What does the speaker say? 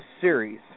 series